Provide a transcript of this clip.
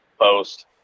post